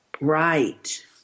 right